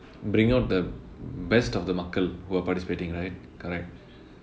bring out the best of the மக்கள்:makkal who are participating right correct